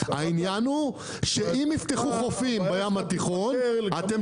העניין הוא שאם יפתחו חופים בים התיכון אתם